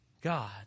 God